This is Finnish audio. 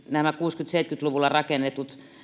nämä kuusikymmentä viiva seitsemänkymmentä luvulla rakennetut